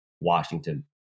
Washington